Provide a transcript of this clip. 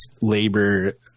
labor